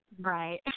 Right